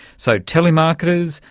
so telemarketers,